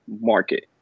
market